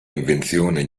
invenzione